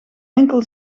enkel